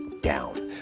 down